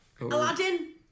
Aladdin